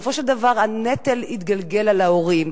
בסופו של דבר הנטל יתגלגל על ההורים,